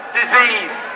disease